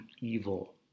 evil